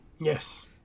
Yes